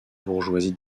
bourgeoisie